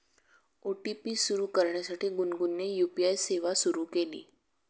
OTP सुरू करण्यासाठी गुनगुनने यू.पी.आय सेवा सुरू केली